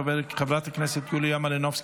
חברת הכנסת מיכל מרים וולדיגר,